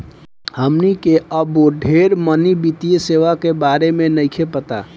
हमनी के अबो ढेर मनी वित्तीय सेवा के बारे में नइखे पता